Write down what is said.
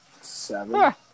Seven